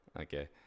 Okay